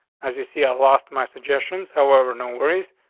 as you see, i lost my suggestions. however, no worries.